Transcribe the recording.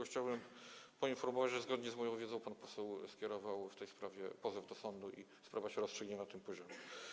Chciałbym tylko poinformować, że zgodnie z moją wiedzą pan poseł skierował w tej sprawie pozew do sądu i sprawa rozstrzygnie się na tym poziomie.